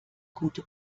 gute